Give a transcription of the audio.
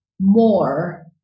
more